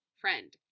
friend